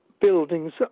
buildings